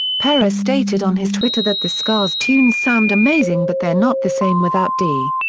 perez stated on his twitter that the scars tunes sound amazing but they're not the same without d.